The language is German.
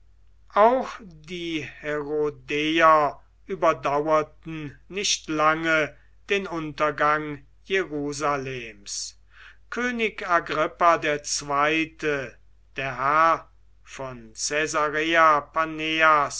auch die herodeer überdauerten nicht lange den untergang jerusalems könig agrippa ii der herr von